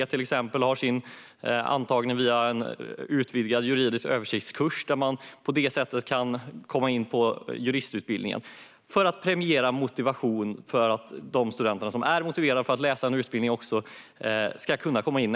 Till exempel har Lunds universitet antagning till juristutbildningen via en utvidgad juridisk översiktskurs för att premiera de studenter som är motiverade att läsa juristutbildningen. Fru talman!